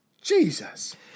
Jesus